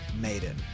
Maiden